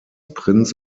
prinz